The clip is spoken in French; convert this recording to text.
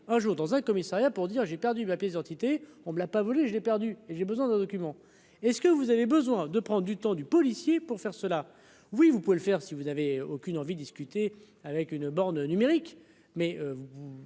un jour dans un commissariat pour dire j'ai perdu ma pièce d'identité, on ne l'a pas voulu, j'ai perdu et j'ai besoin de document est-ce que vous avez besoin de prendre du temps du policier pour faire cela, oui, vous pouvez le faire si vous n'avez aucune envie discuter avec une borne numérique mais vous